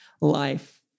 life